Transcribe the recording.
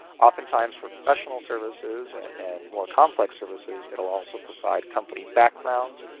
oftentimes, for professional services and and more complex services, it will also provide company backgrounds,